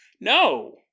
No